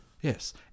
Yes